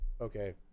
Okay